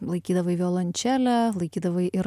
laikydavai violončelę laikydavai ir